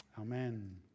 amen